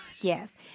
yes